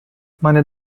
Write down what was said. meine